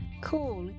Cool